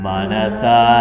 Manasa